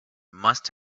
must